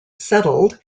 settled